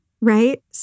Right